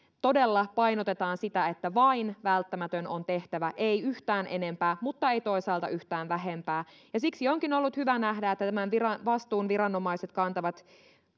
todella painotetaan sitä että vain välttämätön on tehtävä ei yhtään enempää mutta ei toisaalta yhtään vähempää siksi onkin ollut hyvä nähdä että tämän vastuun viranomaiset kantavat